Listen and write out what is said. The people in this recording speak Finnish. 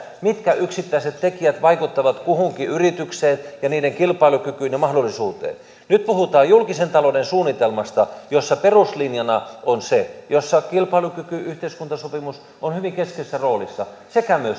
mitkä yksittäiset tekijät vaikuttavat kuhunkin yritykseen ja niiden kilpailukykyyn ja mahdollisuuteen nyt puhutaan julkisen talouden suunnitelmasta jossa peruslinjana on se jossa kilpailukyky yhteiskuntasopimus on hyvin keskeisessä roolissa sekä